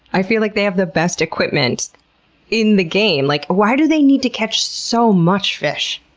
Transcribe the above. i feel like they have the best equipment in the game. like why do they need to catch so much fish?